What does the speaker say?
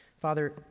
Father